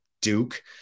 Duke